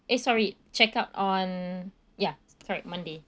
eh sorry check out on ya correct monday